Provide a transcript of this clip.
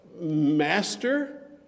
Master